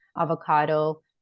avocado